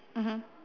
mmhmm